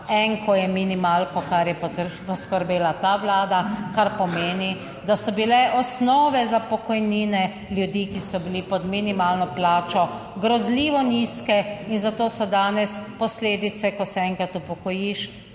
enko je minimalko, kar je poskrbela ta Vlada, kar pomeni, da so bile osnove za pokojnine ljudi, ki so bili pod minimalno plačo, grozljivo nizke, in zato so danes posledice, ko se enkrat upokojiš